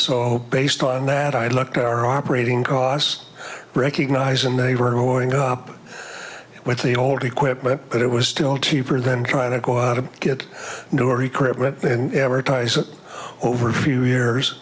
so based on that i looked at our operating costs recognize and they were warring up with the old equipment but it was still cheaper than trying to go out and get norry crypt and advertise it over a few years